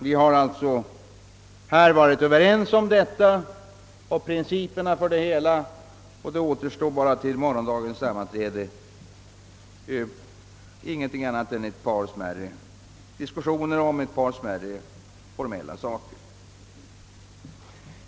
Vi har alltså här varit överens om detta och principerna härför, och till morgondagens sammanträde återstår endast smärre diskussioner om ett par formella saker.